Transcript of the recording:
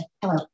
Hello